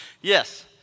Yes